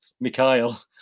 Mikhail